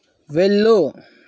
వెళ్ళు